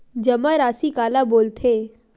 जमा राशि काला बोलथे?